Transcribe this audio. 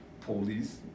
police